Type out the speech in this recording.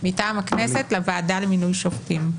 מטעם הכנסת לוועדה למינוי שופטים.